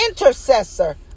intercessor